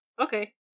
okay